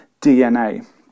DNA